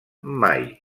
mai